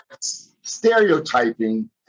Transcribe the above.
stereotyping